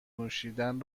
نوشیدن